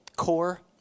core